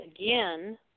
again